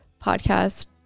podcast